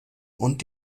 und